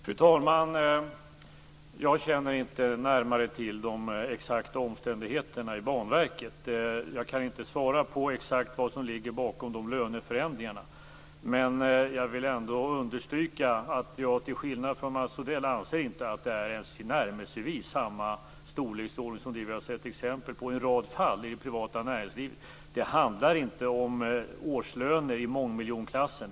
Fru talman! Jag känner inte närmare till de exakta omständigheterna i Banverket. Jag kan inte svara på exakt vad som ligger bakom de löneförändringarna. Men jag vill ändå understryka att jag till skillnad från Mats Odell inte anser att det är ens tillnärmelsevis samma storleksordning som vi har sett exempel på i en rad fall i det privata näringslivet. Det handlar inte om årslöner i mångmiljonklassen.